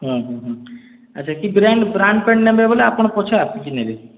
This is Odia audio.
ହୁଁ ହୁଁ ହୁଁ ଆଚ୍ଛା କି ବ୍ରାଣ୍ଡ୍ ବ୍ରାଣ୍ଡ୍ ପ୍ୟାଣ୍ଟ୍ ନେବେ ବେଲେ ଆପଣ୍ ପଛେ ଆସିକି ନେବେ